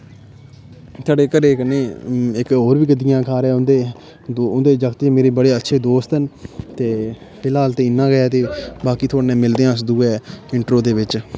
थुआढ़े घरै कन्नै इक होर बी गद्दियें घर ऐ उं'दे दो जागत बी मेरे बड़े अच्छे दोस्त न ते फिलहाल ते इन्ना गै बाकी थुआढ़े न मिलदे आं अस दुए इन्ट्रो दे बिच्च